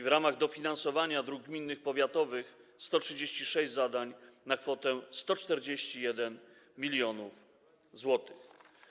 W ramach dofinansowania dróg gminnych, powiatowych - 136 zadań na kwotę 141 mln zł.